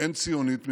שאין ציונית ממנה,